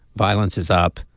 violence is up.